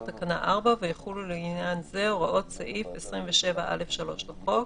תקנה 4 ויחולו לעניין זה הוראות סעיף 27(א)(3) לחוק.